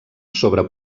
sobre